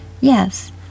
Yes